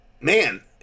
man